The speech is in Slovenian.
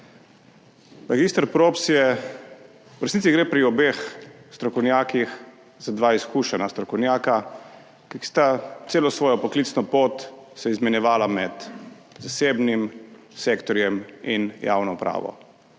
Mag. Props je, v resnici gre pri obeh strokovnjakih za dva izkušena strokovnjaka, ki sta celo svojo poklicno pot se izmenjevala med zasebnim sektorjem in javno upravo.